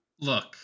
Look